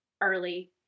early